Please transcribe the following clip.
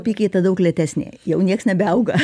apykaita daug lėtesnė jau niekas nebeauga